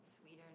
sweeter